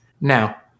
Now